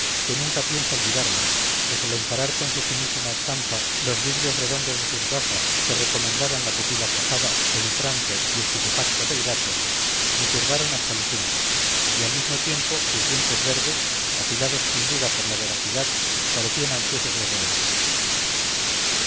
que nunca pienso olvidarla pues al encarar con su finísima estampa los vidrios redondos de sus gafas que recomendaban la pupila cuajada penetrante y estupefacta del gato me turbaron hasta lo sumo y al mismo tiempo sus dientes verdes afilados sin duda por la voracidad parecían ansiosos de roerme